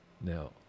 Now